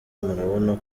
murabona